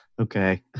okay